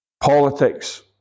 politics